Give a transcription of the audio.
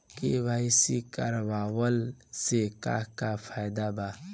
KYC करवला से का का फायदा बा?